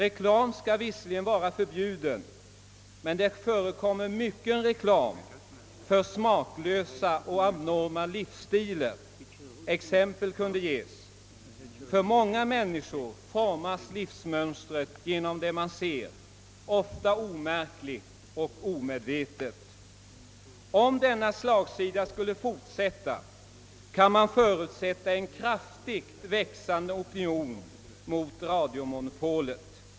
Reklam skall visserligen vara förbjuden, men det förekommer mycket reklam för smaklösa och abnorma livsstilar. Exempel kunde nämnas. För många människor formas livsmönstret genom vad man ser, ofta omärkligt och omedvetet. Om denna slagsida skulle fortsätta kan man förutsätta en kraftigt växande opinion mot radiomonopolet.